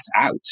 out